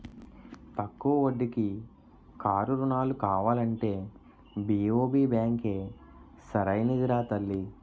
తక్కువ వడ్డీకి కారు రుణాలు కావాలంటే బి.ఓ.బి బాంకే సరైనదిరా తల్లీ